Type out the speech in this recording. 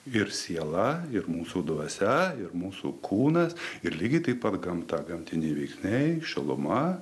ir siela ir mūsų dvasia ir mūsų kūnas ir lygiai taip pat gamta gamtiniai veiksniai šiluma